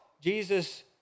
Jesus